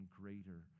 greater